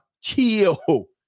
Chill